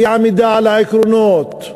אי-עמידה על העקרונות.